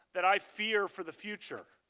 that i fear for the future.